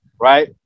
right